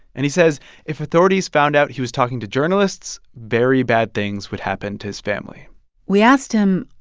and he says if authorities found out he was talking to journalists, very bad things would happen to his family we asked him,